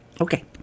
okay